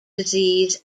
disease